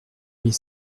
mille